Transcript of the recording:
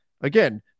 Again